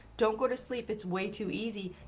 don't go to sleep, it's way too easy.